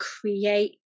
create